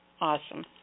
Awesome